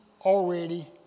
already